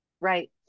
Right